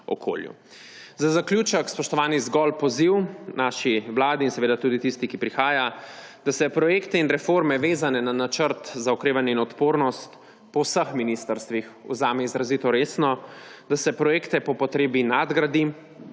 Za zaključek, spoštovani, zgolj poziv naši vladi in seveda tudi tisti, ki prihaja, da se projekte in reforme, vezane na Načrt za okrevanje in odpornost po vseh ministrstvih vzame izrazito resno, da se projekte po potrebni nadgradi,